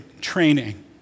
training